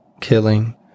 killing